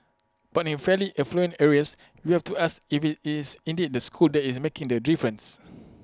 but in fairly affluent areas you have to ask if IT is indeed the school that is making the difference